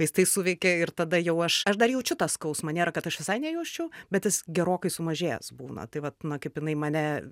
vaistai suveikia ir tada jau aš aš dar jaučiu tą skausmą nėra kad aš visai nejaučiau bet jis gerokai sumažėjęs būna tai vat na kaip jinai mane